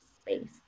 space